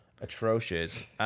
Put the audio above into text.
atrocious